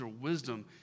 wisdom